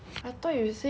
你在看那个什么